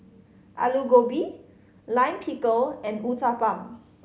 Alu Gobi Lime Pickle and Uthapam